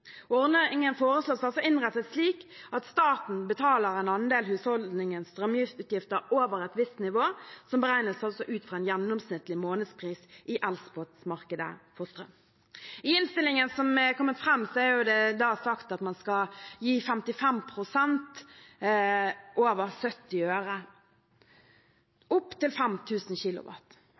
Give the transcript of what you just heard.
Ordningen foreslås innrettet slik at staten betaler en andel av husholdningens strømutgifter over et visst nivå, som beregnes ut fra en gjennomsnittlig månedspris i elspotmarkedet for strøm. I innstillingen som er lagt fram, er det sagt at man skal gi 55 pst. over 70 øre,